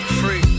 free